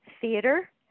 theater